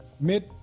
Mid